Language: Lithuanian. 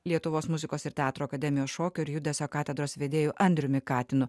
lietuvos muzikos ir teatro akademijos šokio ir judesio katedros vedėju andriumi katinu